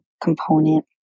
component